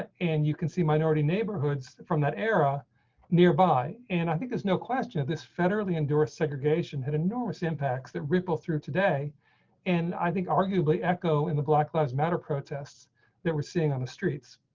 and you can see minority neighborhoods, from that era nearby. and i think there's no question that this federally endorsed segregation had enormous impacts that ripple through today and i think arguably echo in the black lives matter protests that we're seeing on the streets.